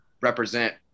represent